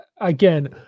again